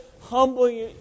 humbling